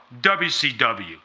WCW